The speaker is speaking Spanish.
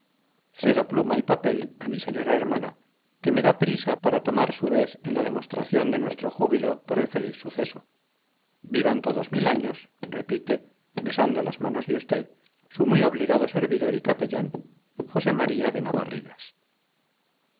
cedo pluma y papel a mi señora hermana que me da prisa para tomar su vez en la demostración de nuestro júbilo por el feliz suceso vivan todos mil años repite besando las manos de usted su muy obligado servidor y capellán josé m de